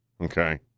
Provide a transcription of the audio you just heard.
Okay